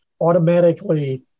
automatically